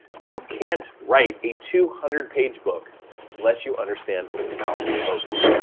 you can't write a two hundred page book unless you understand how to focus.